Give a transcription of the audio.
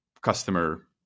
customer